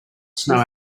snow